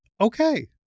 okay